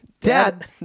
Dad